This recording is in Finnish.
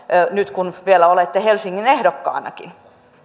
nyt kun vielä olette helsingin ehdokkaanakin